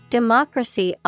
Democracy